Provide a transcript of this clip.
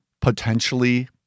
potentially